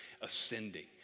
ascending